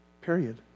period